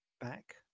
back